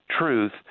truth